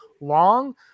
long